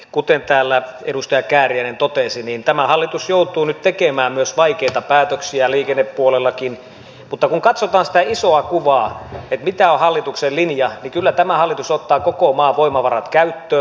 kuten täällä edustaja kääriäinen totesi tämä hallitus joutuu nyt tekemään myös vaikeita päätöksiä liikennepuolellakin mutta kun katsotaan sitä isoa kuvaa mikä on hallituksen linja niin kyllä tämä hallitus ottaa koko maan voimavarat käyttöön